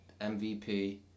MVP